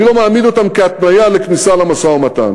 אני לא מעמיד אותן כהתניה לכניסה למשא-ומתן.